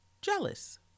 jealous